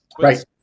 right